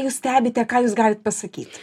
jūs stebite ką jūs galit pasakyti